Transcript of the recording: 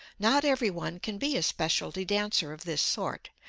not everyone can be a specialty dancer of this sort,